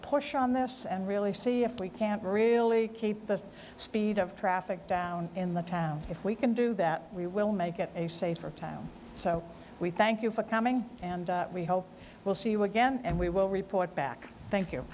push on this and really see if we can't really keep the speed of traffic down in the town if we can do that we will make it a safer town so we thank you for coming and we hope we'll see you again and we will report back thank you